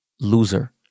loser